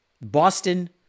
Boston